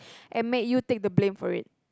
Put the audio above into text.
and make you take the blame for it